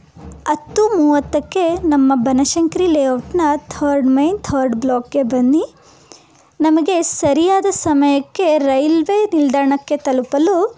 ಹತ್ತು ಮೂವತ್ತಕ್ಕೆ ನಮ್ಮ ಬನಶಂಕರಿ ಲೇಔಟ್ನ ಥರ್ಡ್ ಮೈನ್ ಥರ್ಡ್ ಬ್ಲಾಕ್ಗೆ ಬನ್ನಿ ನಮಗೆ ಸರಿಯಾದ ಸಮಯಕ್ಕೆ ರೈಲ್ವೆ ನಿಲ್ದಾಣಕ್ಕೆ ತಲುಪಲು